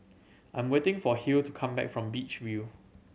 I'm waiting for Hill to come back from Beach View